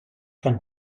can